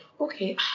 okay